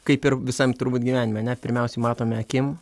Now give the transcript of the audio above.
kaip ir visam turbūt gyvenime ane pirmiausiai matome akim